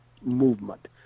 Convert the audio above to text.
movement